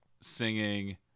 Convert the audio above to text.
singing